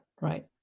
right